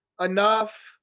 enough